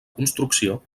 construcció